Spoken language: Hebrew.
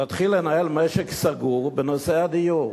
להתחיל לנהל משק סגור בנושא הדיור.